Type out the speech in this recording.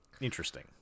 Interesting